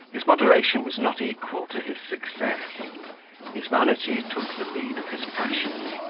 his moderation was not equal to his success his vanity took the lead of his passions,